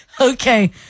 Okay